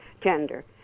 gender